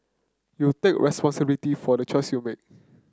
you take responsibility for the choices you make